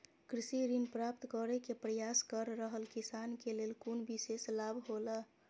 कृषि ऋण प्राप्त करे के प्रयास कर रहल किसान के लेल कुनु विशेष लाभ हौला?